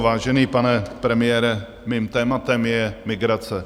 Vážený pane premiére, mým tématem je migrace.